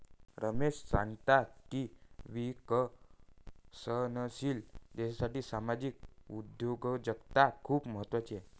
रमेश सांगतात की विकसनशील देशासाठी सामाजिक उद्योजकता खूप महत्त्वाची आहे